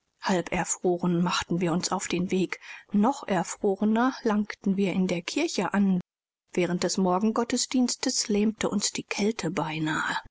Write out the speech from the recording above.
halb erfroren machten wir uns auf den weg noch erfrorener langten wir in der kirche an während des morgengottesdienstes lähmte uns die kälte beinahe